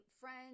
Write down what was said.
friends